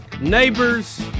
neighbors